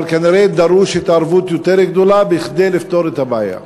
אבל כנראה דרושה התערבות יותר גדולה כדי לפתור את הבעיה.